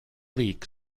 leak